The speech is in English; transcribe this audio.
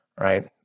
right